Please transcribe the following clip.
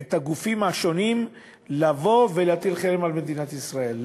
את הגופים השונים להטיל חרם על מדינת ישראל.